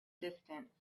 distance